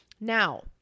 Now